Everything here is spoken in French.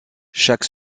chaque